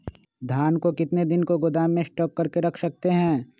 धान को कितने दिन को गोदाम में स्टॉक करके रख सकते हैँ?